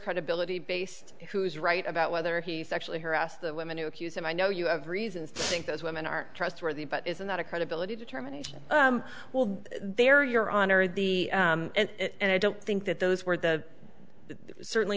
credibility based who's right about whether he sexually harassed the women who accused him i know you have reason to think those women are trustworthy but isn't that a credibility determination well they're your honor the and i don't think that those were the certainly